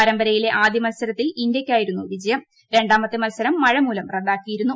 പരമ്പ്രയിലെ ആദ്യ മത്സരത്തിൽ ഇന്ത്യയ്ക്കാ യിരുന്നു വിജയം രണ്ടാമുത്തെ മത്സരം മഴമൂലം റദ്ദാക്കിയിരുന്നു